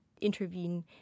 intervene